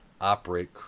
operate